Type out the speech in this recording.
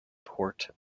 port